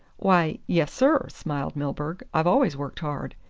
why, yes, sir, smiled milburgh. i've always worked hard.